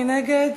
מי נגד